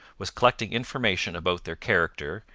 was collecting information about their character,